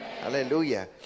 Hallelujah